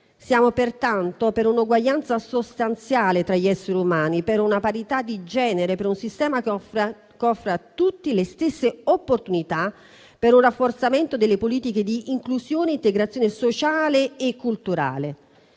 Siamo pertanto per un'uguaglianza sostanziale tra gli esseri umani, per una parità di genere, per un sistema che offra a tutti le stesse opportunità, per un rafforzamento delle politiche di inclusione e integrazione sociale e culturale.